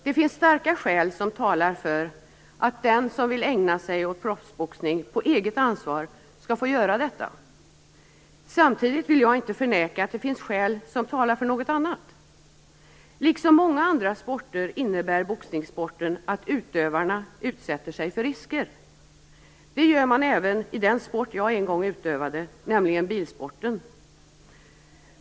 Det finns starka skäl som talar för att den som vill ägna sig åt proffsboxning på eget ansvar skall få göra detta. Samtidigt vill jag inte förneka att det finns skäl som talar för något annat. Liksom många andra sporter innebär boxningssporten att utövarna utsätter sig för risker. Det gör man även i den sport som jag en gång utövade, nämligen bilsporten.